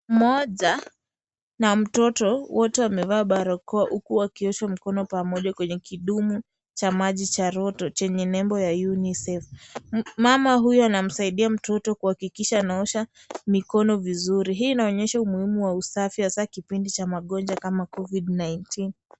Mmoja na mtoto wote wamevaa barakoa huku wakiosha mikono pamoja kwenye kidumu cha maji cha roto chenye nembo ya Unicef. Mama huyu anamsaidia mtoto kuhakikisha anaosha mikono vizuri. Hii inaoyesha umuhimu wa usafi hasa kipindi cha ugonjwa kama Covid 19.